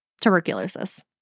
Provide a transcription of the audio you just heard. Tuberculosis